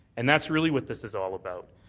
and that's really what this is all about.